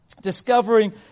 Discovering